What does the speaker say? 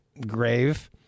grave